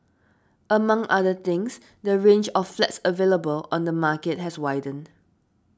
among other things the range of flats available on the market has widened